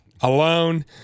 alone